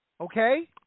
okay